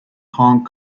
hong